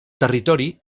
territori